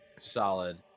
Solid